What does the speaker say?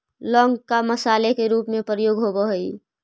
लौंग का मसाले के रूप में प्रयोग होवअ हई